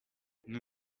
nous